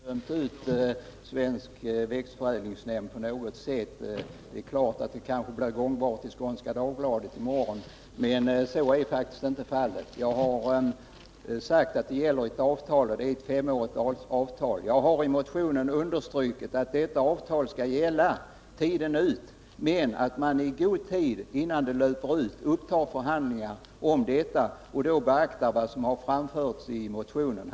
Herr talman! Jag har inte dömt ut växtförädlingsnämnden på något sätt. Det är klart att ett sådant påstående kanske blir gångbart i Skånska Dagbladet i morgon, men så har jag faktiskt inte uttryckt mig. Det finns ett femårigt avtal, och i motionen har jag understrukit att detta avtal skall gälla tiden ut men att man i god tid innan det löper ut upptar förhandlingar och då beaktar vad som har framförts i motionen.